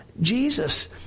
Jesus